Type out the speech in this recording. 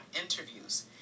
interviews